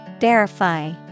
Verify